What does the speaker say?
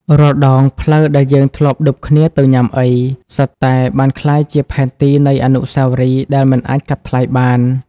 រាល់ដងផ្លូវដែលយើងធ្លាប់ឌុបគ្នាទៅញ៉ាំអី សុទ្ធតែបានក្លាយជាផែនទីនៃអនុស្សាវរីយ៍ដែលមិនអាចកាត់ថ្លៃបាន។